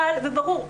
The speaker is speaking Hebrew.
קל וברור.